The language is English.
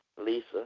Lisa